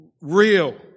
real